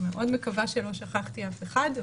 מאוד מקווה שלא שכחתי אף אחד.